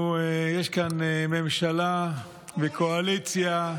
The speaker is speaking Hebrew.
יש כאן ממשלה וקואליציה,